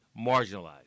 Marginalized